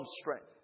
strength